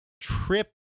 Trip